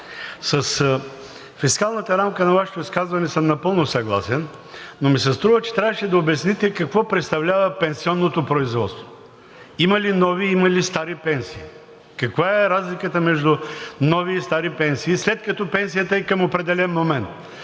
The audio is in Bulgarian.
с фискалната рамка на Вашето изказване съм напълно съгласен, но ми се струва, че трябваше да обясните какво представлява пенсионното производство. Има ли нови, има ли стари пенсии? Каква е разликата между нови и стари пенсии, след като пенсията е към определен момент?